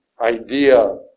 idea